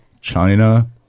China